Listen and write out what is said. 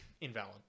invalid